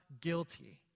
guilty